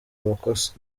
amakosa